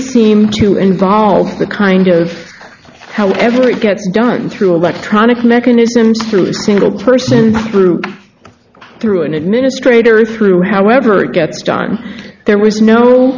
seem to involve the kind of however it gets done through electronic mechanisms through a single person through through an administrator and through however it gets done there was no